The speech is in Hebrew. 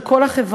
של כל החברה.